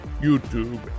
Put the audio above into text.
youtube